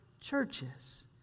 churches